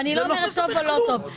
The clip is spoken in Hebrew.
ואני לא אומרת טוב או לא טוב,